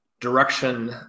direction